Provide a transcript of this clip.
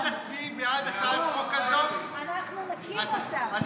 את קראת עכשיו להקמת ועדת חקירה ממלכתית.